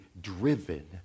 driven